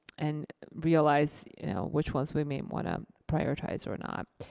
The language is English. and realize you know which ones we may want to prioritize or not.